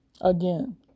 Again